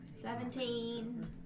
Seventeen